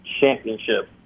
championship